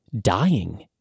dying